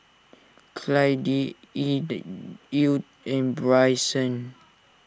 Clydie Edw U and Bryson